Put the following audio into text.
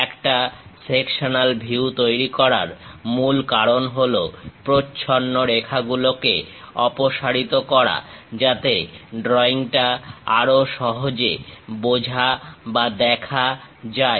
একটা sectional view তৈরি করার মূল কারণ হলো প্রচ্ছন্ন রেখাগুলোকে অপসারিত করা যাতে ড্রইংটা আরো সহজে বোঝা বা দেখা যায়